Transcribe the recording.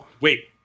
wait